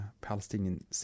Palestinian